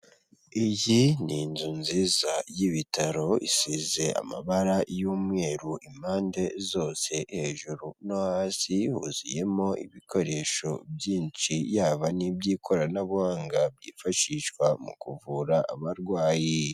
Iyi ni inzu nziza y'ibitaro isize amabara y'umweru impande zose hejuru no hasi huzuyemo ibikoresho byinshi yaba n'iby'ikoranabuhanga byifashishwa mu kuvura abarwayi.